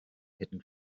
hidden